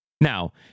Now